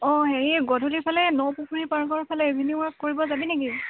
অ এই গধূলি ফালে নপুখুৰী পাৰ্কৰ ফালে ইভিনিং ৱাক কৰিব যাবি নেকি